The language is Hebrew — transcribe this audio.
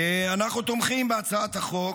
אנחנו תומכים בהצעת החוק.